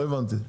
לא הבנתי.